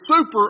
super